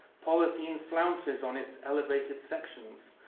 polythene flounces on its elevated sections,